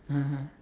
(uh huh)